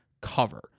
cover